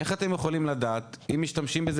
איך אתם יכולים לדעת אם משתמשים בזה